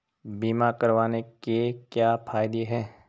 बीमा करवाने के क्या फायदे हैं?